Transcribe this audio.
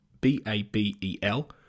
B-A-B-E-L